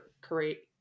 create